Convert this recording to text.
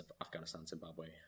Afghanistan-Zimbabwe